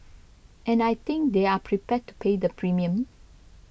and I think they're prepared to pay the premium